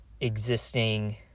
existing